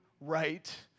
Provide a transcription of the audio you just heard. right